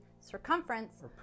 circumference